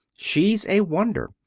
she's a wonder.